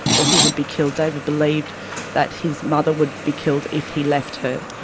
or he would be killed. david believed that his mother would be killed if he left her.